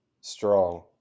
Strong